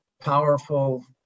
powerful